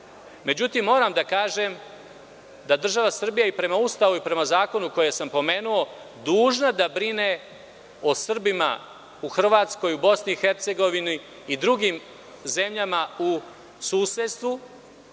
Međutim, moram da kažem da država Srbija i prema Ustavu i prema zakonu koje sam pomenuo je dužna da brine o Srbima u Hrvatskoj, BiH i drugim zemljama u susedstvu,